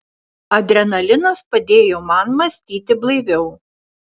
adrenalinas padėjo man mąstyti blaiviau